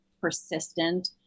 persistent